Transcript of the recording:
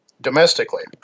domestically